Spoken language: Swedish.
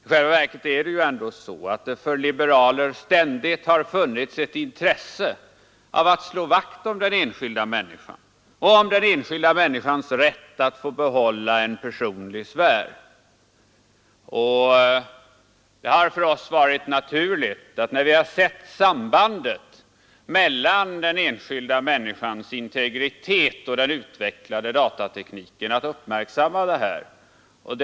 I själva verket är det så att det hos liberaler ständigt har funnits ett intresse av att slå vakt om den enskilda människan och om hennes rätt att få behålla en personlig sfär. Det har för oss varit naturligt, när vi sett sambandet mellan den enskilda människans integritet och den utvecklade datatekniken, att uppmärksamma detta.